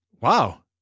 Wow